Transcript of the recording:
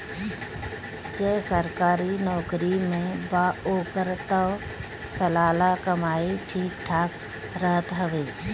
जे सरकारी नोकरी में बा ओकर तअ सलाना कमाई ठीक ठाक रहत हवे